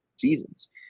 seasons